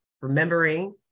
remembering